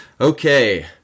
Okay